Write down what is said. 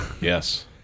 Yes